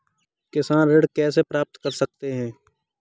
किसान ऋण कैसे प्राप्त कर सकते हैं?